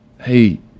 hey